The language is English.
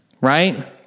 Right